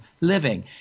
living